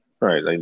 Right